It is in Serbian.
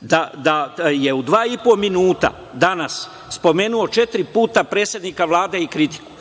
da je u dva i po minuta danas spomenuo četiri puta predsednika Vlade i kritiku,